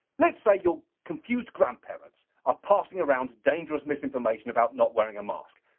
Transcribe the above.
let's say your confused grandparents are passing around dangerous misinformation about not wearing a mask.